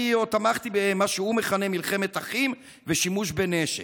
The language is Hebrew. או תמכתי במה שהוא מכנה מלחמת אחים ושימוש בנשק.